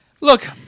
Look